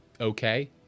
okay